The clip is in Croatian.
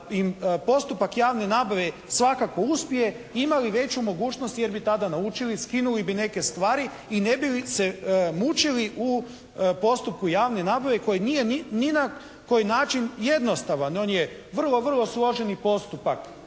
postupak javne nabave svakako uspije imali veću mogućnost jer bi tada naučili, skinuli bi neke stvari i ne bi se mučili u postupku javne nabave koji nije ni na koji način jednostavan. On je vrlo, vrlo složeni postupak